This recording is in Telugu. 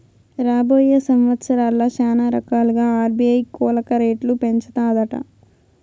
రాబోయే సంవత్సరాల్ల శానారకాలుగా ఆర్బీఐ కోలక రేట్లు పెంచతాదట